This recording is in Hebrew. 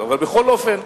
אבל בכל אופן,